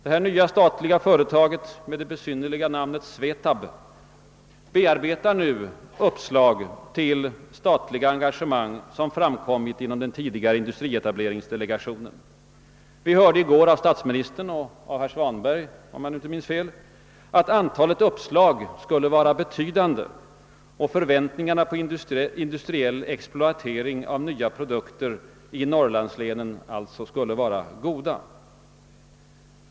Det nya statliga företaget med det besynnerliga namnet SVETAB bearbetar nu uppslag till statliga engagemang som framkommit inom den tidigare industrietableringsdelegationen. Vi hörde i går av statsministern, och om jag inte minns fel av herr Svanberg, att antalet uppslag skulle vara betydande och att förväntningarna på industriell exploatering av nya produkter i norrlandslänen alltså skulle vara goda.